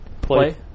play